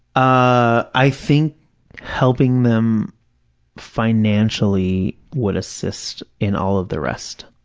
i think helping them financially would assist in all of the rest.